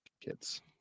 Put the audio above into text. kids